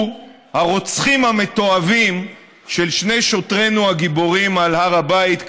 הרוצחים המתועבים של שני שוטרינו הגיבורים על הר הבית,